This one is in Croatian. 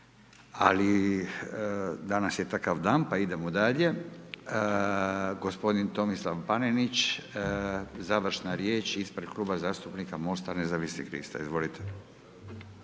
ali danas je takav dan pa idemo dalje, gospodin Tomislav Panenić, završna riječ ispred Kluba zastupnika Mosta nezavisnih lista. Izvolite.